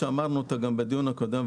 שאמרנו גם בדיון הקודם,